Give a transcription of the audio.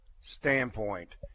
standpoint